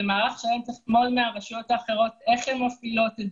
צריך ללמוד מהרשויות האחרות איך הן מפעילות את